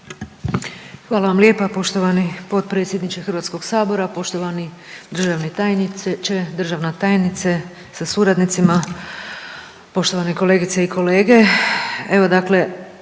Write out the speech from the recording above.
Hvala lijepa poštovani potpredsjedniče, poštovani državni tajniče sa suradnicom, poštovane kolegice i kolege.